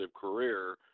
career